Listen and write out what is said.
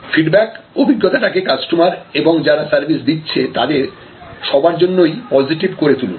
feedback অভিজ্ঞতা টাকে customer এবং যারা সার্ভিস দিচ্ছে তাদের সবার জন্যই পজেটিভ করে তুলুন